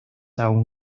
aun